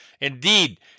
Indeed